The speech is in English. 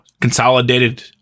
consolidated